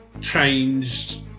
changed